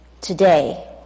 Today